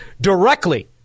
directly